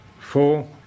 Four